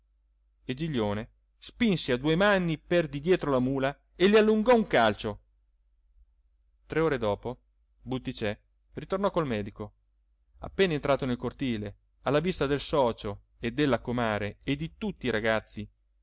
e giglione spinse a due mani per di dietro la mula e le allungò un calcio tre ore dopo butticè ritornò col medico appena entrato nel cortile alla vista del socio e della comare e di tutti i ragazzi